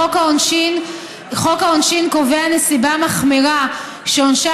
חוק העונשין קובע נסיבה מחמירה שעונשה